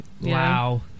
wow